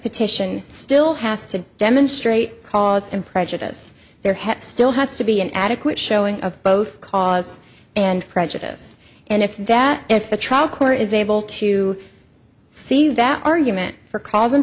petition still has to demonstrate cause and prejudice their head still has to be an adequate showing of both cause and prejudice and if that if the trial court is able to see that argument for ca